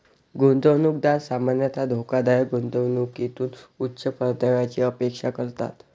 गुंतवणूकदार सामान्यतः धोकादायक गुंतवणुकीतून उच्च परताव्याची अपेक्षा करतात